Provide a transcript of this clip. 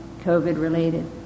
COVID-related